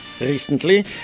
recently